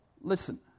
Listen